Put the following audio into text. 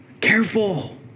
Careful